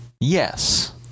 yes